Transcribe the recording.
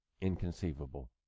inconceivable